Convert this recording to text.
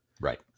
Right